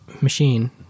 machine